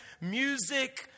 music